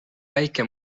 väike